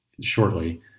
shortly